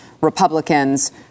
Republicans